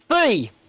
Three